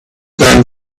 then